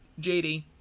JD